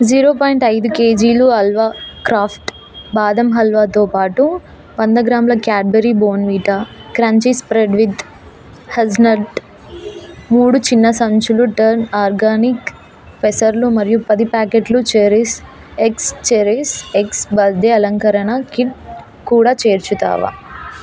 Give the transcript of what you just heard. zero point ఐదు కేజీలు halwa craft బాదం హల్వాతో పాటు వంద గ్రాముల Cadbury Bournvita crunchy spread with hazelnut మూడు చిన్న సంచులు టర్న్ ఆర్గానిక్ పెసర్లు మరియు పది ప్యాకెట్లు cherries X cherries X birthday అలంకరణ కిట్ కూడా చేర్చుతావా